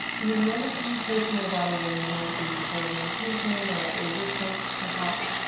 and then notice any place in your body where you might be holding tension or that resistance, perhaps,